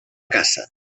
caça